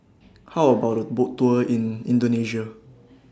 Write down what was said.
How about A Boat Tour in Indonesia